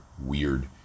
Weird